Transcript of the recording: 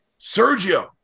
Sergio